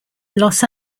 los